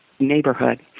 neighborhood